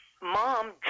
Mom